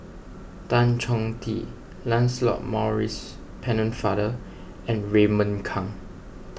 Tan Chong Tee Lancelot Maurice Pennefather and Raymond Kang